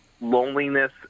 loneliness